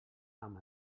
amb